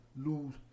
lose